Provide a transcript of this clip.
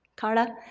carla?